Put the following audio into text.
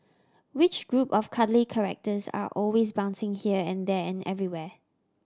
which group of cuddly characters are always bouncing here and there and everywhere